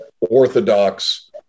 orthodox